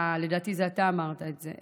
לדעתי אתה אמרת את זה,